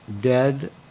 dead